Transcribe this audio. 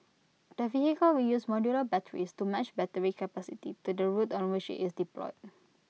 the vehicle will use modular batteries to match battery capacity to the route on which it's deployed